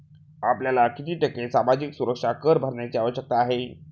आपल्याला किती टक्के सामाजिक सुरक्षा कर भरण्याची आवश्यकता आहे?